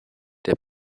der